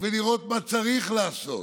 ולראות מה צריך לעשות,